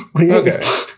Okay